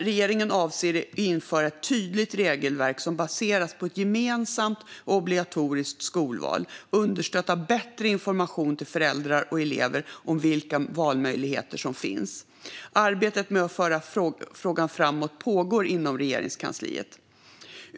Regeringen avser att införa ett tydligt regelverk som baseras på ett gemensamt och obligatoriskt skolval, understött av bättre information till föräldrar och elever om vilka valmöjligheter som finns. Arbetet med att föra frågan framåt pågår inom Regeringskansliet.